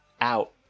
out